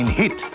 hit